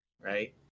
right